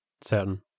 certain